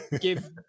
give